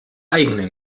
eigene